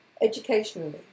educationally